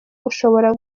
ushobora